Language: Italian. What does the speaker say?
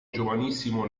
giovanissimo